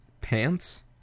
pants